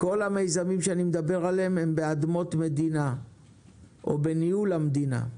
כל המיזמים שאני מדבר עליהם הם באדמות מדינה או בניהול המדינה.